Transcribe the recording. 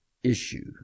issue